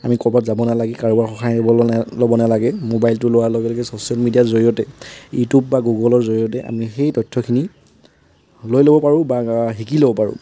আমি ক'ৰবাত যাব নালাগে কাৰোবাৰ সহায় ল'ব নেলা নেলাগে ম'বাইলটো লোৱাৰ লগে লগে ছ'চিয়েল মিডিয়াৰ জৰিয়তে ইউটিউব বা গুগলৰ জৰিয়তে আমি সেই তথ্যখিনি লৈ ল'ব পাৰোঁ বা শিকি ল'ব পাৰোঁ